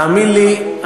תאמין לי,